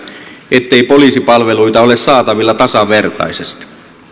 ettei poliisipalveluita ole saatavilla tasavertaisesti